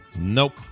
nope